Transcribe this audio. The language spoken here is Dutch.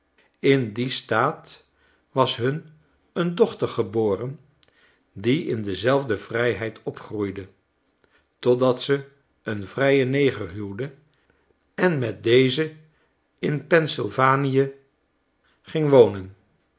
in dien staat washun eendochtergeboren die in dezelfde vrijheid opgroeide totdat ze een vrijen neger huwde en met dezen inpennsylvanie ging wonen